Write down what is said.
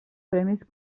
premis